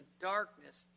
darkness